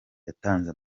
yatanze